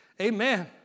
amen